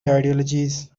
ideologies